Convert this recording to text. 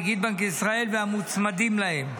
נגיד בנק ישראל והמוצמדים להם,